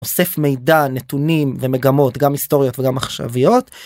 אוסף מידע, נתונים ומגמות גם היסטוריות וגם עכשויות.